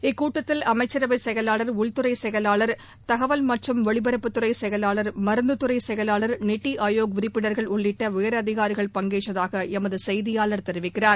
இக்கூட்டத்தில் அமைச்சரவைசெயலாளர் உள்துறைசெயலாளர் தகவல் மற்றம் ஒலிபரப்புத்துறைசெயலாளர் மருந்துதுறைசெயலாளர் நிதிஆயோக் உறுப்பினர்கள் உள்ளிட்டஉயர் அதிகாரிகள் பங்கேற்றதாகளமதுசெய்தியாளர் தெரிவிக்கிறார்